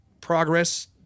progress